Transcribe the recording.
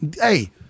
Hey